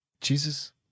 Jesus